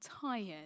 tired